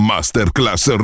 Masterclass